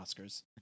Oscars